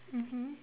mmhmm